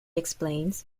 explains